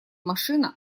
машина